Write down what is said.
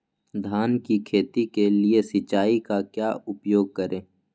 धान की खेती के लिए सिंचाई का क्या उपयोग करें?